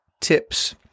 tips